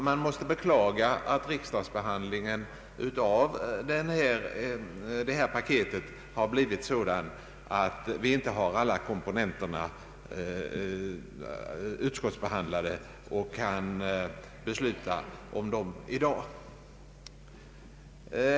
Man måste beklaga att riksdagsbehandlingen av skattepaketet har blivit sådan att vi inte har alla komponenterna = utskottsbehandlade och kan besluta om dem i dag.